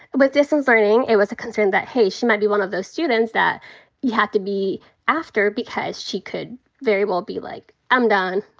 with distance learning, it was a concern that, hey, she might be one of those students that you have to be after. because she could very well be like, i'm done.